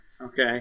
Okay